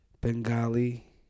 Bengali